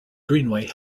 greenway